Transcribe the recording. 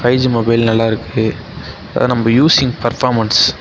five G mobile நல்லாயிருக்கு அதை நம்ம யூஸிங் ஃபர்ஃபார்மென்ஸ்